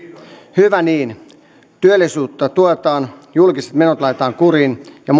hyvä niin työllisyyttä tuetaan julkiset menot laitetaan kuriin ja